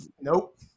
Nope